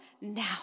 now